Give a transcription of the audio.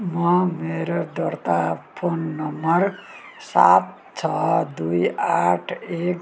म मेरो दर्ता फोन नम्बर सात छ दुई आठ एक